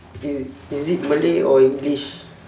is is it malay or english